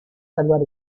salvar